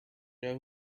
know